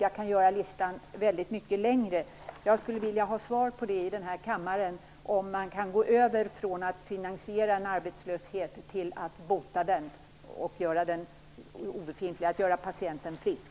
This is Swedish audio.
Jag kan göra listan väldigt mycket längre. Jag skulle i denna kammare vilja ha svar på om man kan gå över från att finansiera en arbetslöshet till att bota den, göra den obefintlig och göra patienten frisk.